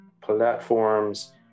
platforms